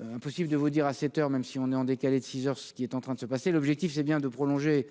impossible de vous dire, à cette heure, même si on est en décalé de six heures ce qui est en train de se passer, l'objectif c'est bien de prolonger